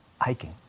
hiking